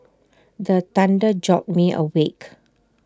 the thunder jolt me awake